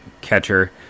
catcher